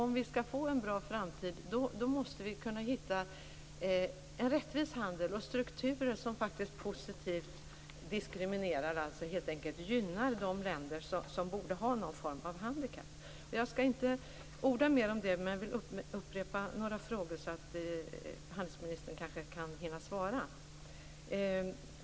Om vi skall få en bra framtid måste vi hitta en rättvis handel och strukturer som faktiskt positivt diskriminerar, alltså helt enkelt gynnar de länder som borde ha någon form av handikapp. Jag skall inte orda mer om det, men jag vill upprepa några frågor så att handelsministern kanske kan hinna svara.